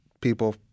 people